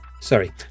Sorry